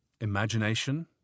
imagination